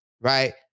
right